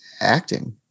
acting